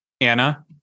Anna